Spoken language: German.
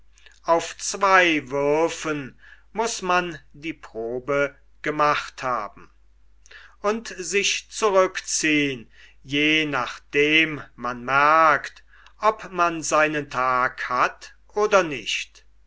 auf zwei würfen muß man die probe gemacht haben und sich zurückziehen je nachdem man merkt ob man seinen tag hat oder nicht